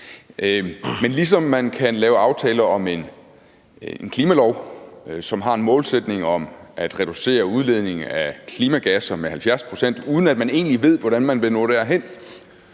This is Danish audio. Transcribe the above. Men ligesom man kan lave aftaler om en klimalov, som har en målsætning om at reducere udledningen af klimagasserne med 70 pct., uden at man egentlig ved, hvordan man når derhen,